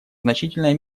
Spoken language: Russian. значительной